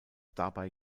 dabei